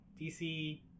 DC